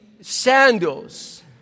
sandals